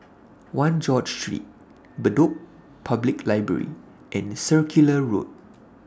one George Street Bedok Public Library and Circular Road